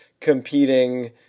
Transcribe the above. competing